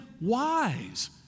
wise